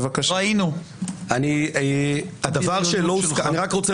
אני לא רוצה